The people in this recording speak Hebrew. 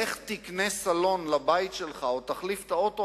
לך תקנה סלון לבית שלך או תחליף את האוטו,